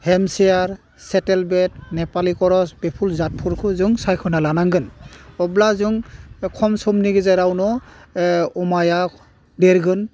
हेमसियार सेटेलबेट नेपालि ख्रस बेफोर जादफोरखौ जों सायख'ना लानांगोम अब्ला जों खम समनि गेजेरावनो अमाया देरगोन